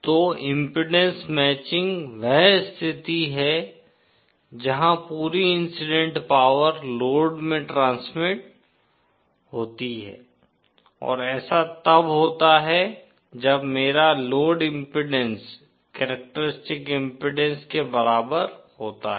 तो impedance matching वह स्थिति है जहां पूरी इंसिडेंट पॉवर लोड में ट्रांसमिट होती है और ऐसा तब होता है जब मेरा लोड इम्पीडेन्स करेक्टरिस्टिक्स इम्पीडेन्स के बराबर होता है